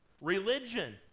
Religion